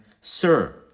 Sir